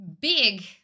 big